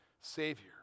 Savior